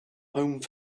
home